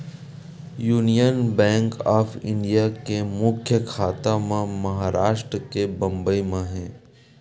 union Bank of India के मुख्य साखा ह महारास्ट के बंबई म हे